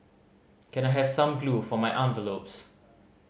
can I have some glue for my envelopes